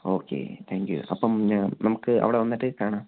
okay thank you അപ്പം നമുക്ക് അവിടെ വന്നിട്ട് കാണാം